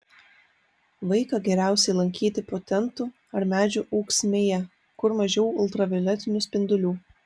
vaiką geriausiai laikyti po tentu ar medžių ūksmėje kur mažiau ultravioletinių spindulių